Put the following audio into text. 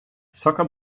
soccer